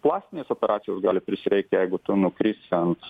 plastinės operacijos gali prisireikt jeigu tu nukris ant